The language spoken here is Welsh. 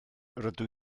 rydw